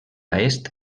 est